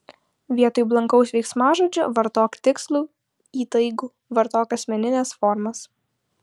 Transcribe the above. vietoj blankaus veiksmažodžio vartok tikslų įtaigų vartok asmenines formas